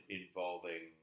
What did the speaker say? involving